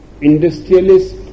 industrialist